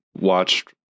watched